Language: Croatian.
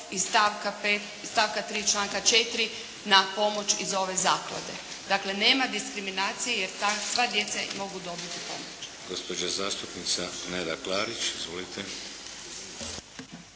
iz stavka 3. članka 4. na pomoć iz ove zaklade. Dakle, nema diskriminacije jer sva djeca mogu dobiti pomoć. **Šeks, Vladimir (HDZ)** Gospođa zastupnica Neda Klarić. Izvolite.